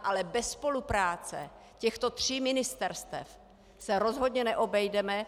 Ale bez spolupráce těchto tří ministerstev se rozhodně neobejdeme.